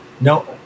no